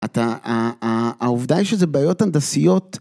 העובדה היא שזה בעיות הנדסיות.